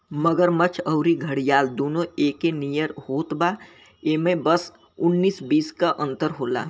मगरमच्छ अउरी घड़ियाल दूनो एके नियर होत बा इमे बस उन्नीस बीस के अंतर होला